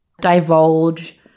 divulge